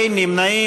אין נמנעים.